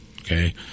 Okay